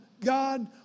God